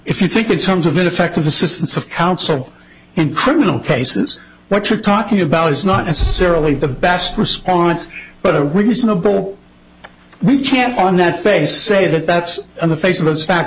if you think in terms of ineffective assistance of counsel and criminal cases what you're talking about is not necessarily the best response but a reasonable we can't on that face say that that's on the face of those fa